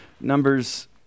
Numbers